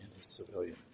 civilian